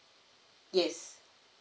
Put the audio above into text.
yes